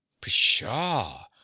pshaw